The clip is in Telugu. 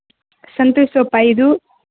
సంతూర్ సోప్ ఐదు